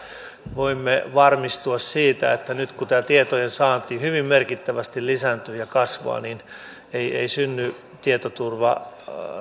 voimme varmistua siitä että nyt kun tämä tietojensaanti hyvin merkittävästi lisääntyy ja kasvaa ei synny tietoturvariskiä